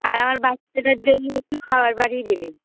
আর আমার বাচ্চাটার জন্য একটু খাবার পাঠিয়ে দেবেন